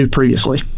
previously